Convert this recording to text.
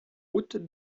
route